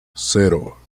cero